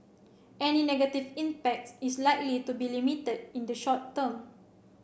any negative impact is likely to be limited in the short term